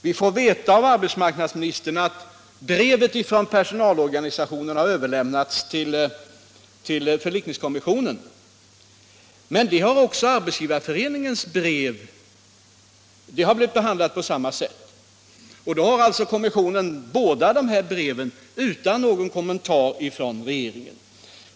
Vi får veta av arbetsmarknadsministern att brevet från personalorganisationerna har överlämnats till förlikningskommissionen, men Arbetsgivareföreningens brev har behandlats på samma sätt. Kommissionen har alltså fått båda de här breven utan någon kommentar från regeringen.